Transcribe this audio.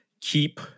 keep